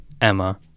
Emma